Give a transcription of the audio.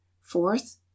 fourth